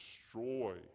destroy